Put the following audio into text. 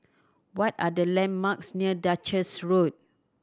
what are the landmarks near Duchess Road